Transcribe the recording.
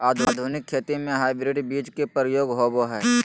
आधुनिक खेती में हाइब्रिड बीज के प्रयोग होबो हइ